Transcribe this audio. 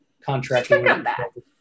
contracting